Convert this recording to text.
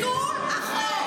אדוני, זה החוק.